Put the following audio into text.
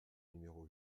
numéro